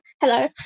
hello